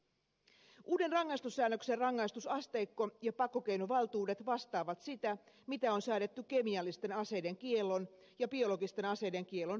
uuden rangaistussäännöksen rangaistusasteikko ja pakkokeinovaltuudet vastaavat sitä mitä on säädetty kemiallisten aseiden kiellon ja biologisten aseiden kiellon rikkomisesta